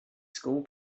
school